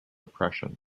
oppression